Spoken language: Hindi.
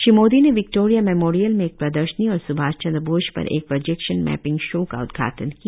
श्री मोदी ने विक्टोरिया मेमोरियल में एक प्रदर्शनी और स्भाष चन्द्र बोस पर एक प्रोजेक्शन मैपिंग शो का उद्घाटन किया